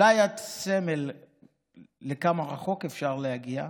את אולי סמל לכמה רחוק אפשר להגיע,